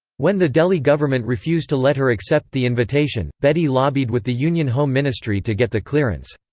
when the delhi government refused to let her accept the invitation, bedi lobbied with the union home ministry to get the clearance.